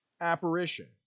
apparition